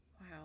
Wow